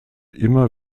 immer